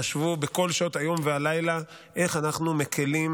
חשבו בכל שעות היום והלילה איך אנחנו מקילים